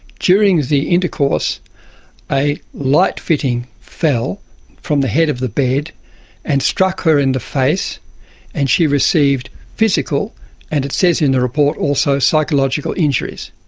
during the intercourse a light fitting fell from the head of the bed and struck her in the face and she received physical and, it says in the report, also psychological injuries.